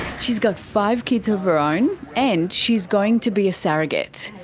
she's got five kids of her own and she's going to be a surrogate.